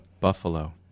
Buffalo